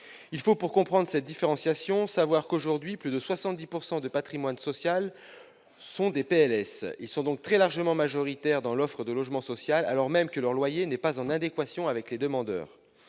Pour bien comprendre cette différenciation, il faut savoir que, aujourd'hui, plus de 70 % du patrimoine social est financé des PLS. Ils sont donc très largement majoritaires dans l'offre de logement social, alors même que leurs loyers ne sont pas en adéquation avec les ressources